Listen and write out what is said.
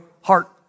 heart